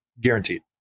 guaranteed